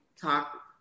talk